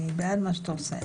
אני בעד מה שאתה עושה,